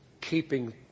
keeping